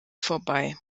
vorbei